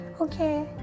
okay